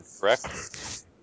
correct